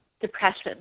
depression